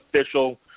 official